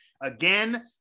Again